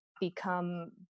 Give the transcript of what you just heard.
become